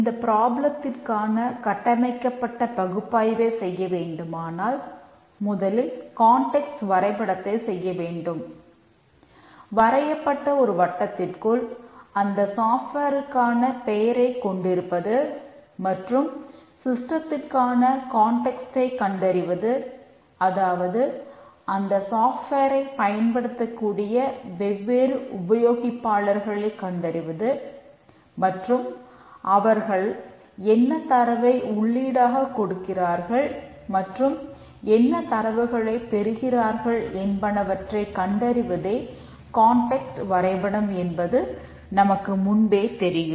இந்தத் ப்ராப்ளத்திற்கான வரைபடம் என்பது நமக்கு முன்பே தெரியும்